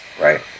Right